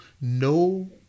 no